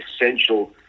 essential